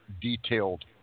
detailed